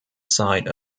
side